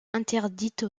interdites